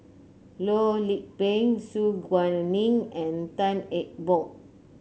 Loh Lik Peng Su Guaning and Tan Eng Bock